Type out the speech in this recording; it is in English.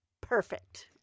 perfect